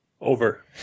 Over